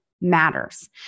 matters